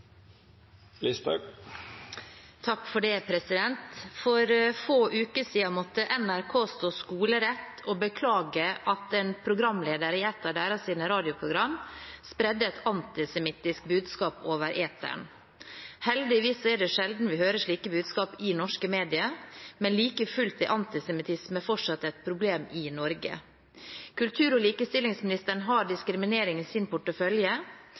få uker siden måtte NRK stå skolerett og beklage at en programleder i et av deres radioprogram spredde et antisemittistisk budskap over eteren. Heldigvis er det sjelden vi hører slike budskap i norske medier, men like fullt er antisemittisme fortsatt et problem i Norge. Kultur- og likestillingsministeren har diskriminering i sin portefølje.